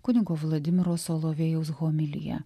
kunigo vladimiro solovejaus homilija